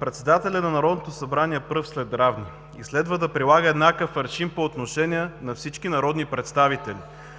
Председателят на Народното събрание е пръв сред равни. Следва да прилага еднакъв аршин по отношение на всички народни представители.